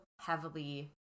heavily